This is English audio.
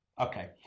okay